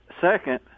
second